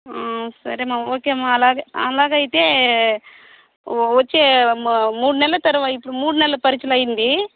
సరేమ్మా ఓకేమ్మా అలాగే అలాగైతే వచ్చే మూడు నెల్ల తరు ఇప్పుడు మూడు నెలల పరీక్షలైంది